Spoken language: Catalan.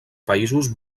països